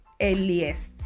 earliest